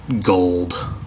gold